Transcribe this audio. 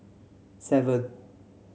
seven